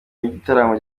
y’igitaramo